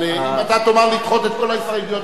אבל אם אתה תאמר לדחות את כל ההסתייגויות,